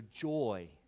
joy